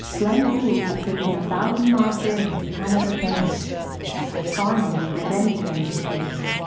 glenn gould had taken a thousand mile journey to canada's north as far north as any train could take him.